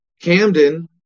Camden